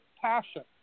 passion